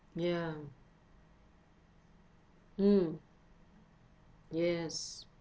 ya mm yes